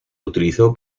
utilizó